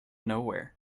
nowhere